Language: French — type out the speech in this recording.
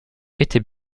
était